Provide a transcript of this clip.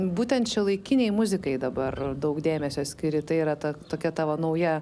būtent šiuolaikinei muzikai dabar daug dėmesio skiri tai yra ta tokia tavo nauja